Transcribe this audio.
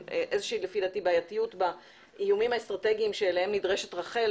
איזושהי בעייתיות באיומים האסטרטגיים אליהם נדרשת רח"ל